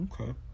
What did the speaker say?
Okay